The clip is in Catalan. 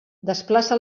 desplaça